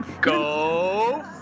Go